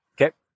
Okay